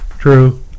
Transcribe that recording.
True